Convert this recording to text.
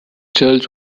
church